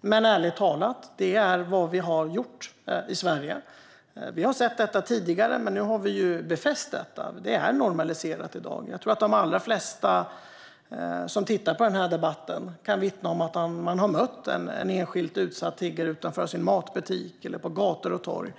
Men, ärligt talat, det är vad vi har gjort i Sverige. Vi har sett det tidigare, men nu har vi befäst det. Det är normaliserat i dag. Jag tror att de allra flesta som tittar på den här debatten kan vittna om att de har mött enskilda utsatta tiggare utanför matbutiken eller på gator och torg.